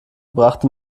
brachte